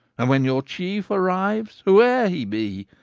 and when your chief arrives, whoe'er he be,